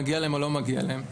מגיע להם או לא מגיע להם,